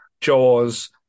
Jaws